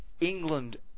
England